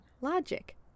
Logic